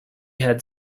had